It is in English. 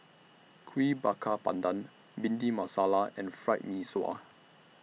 Kuih Bakar Pandan Bhindi Masala and Fried Mee Sua